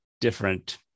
different